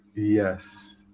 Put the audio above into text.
Yes